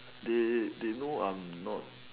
they they know I am not